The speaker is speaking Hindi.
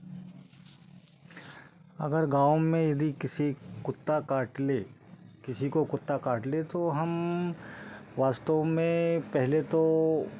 अगर गाँव में यदि किसी कुत्ता काट ले किसी को कुत्ता काट ले तो हम वास्तव में पहले तो